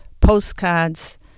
postcards